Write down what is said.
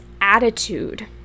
attitude